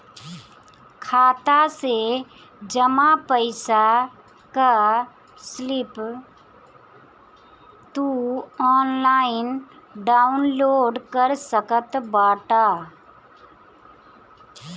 खाता से जमा पईसा कअ स्लिप तू ऑनलाइन डाउन लोड कर सकत बाटअ